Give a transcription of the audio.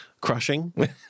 crushing